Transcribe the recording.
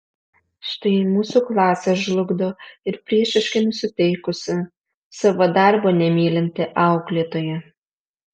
štai mūsų klasę žlugdo ir priešiškai nusiteikusi savo darbo nemylinti auklėtoja